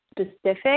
specific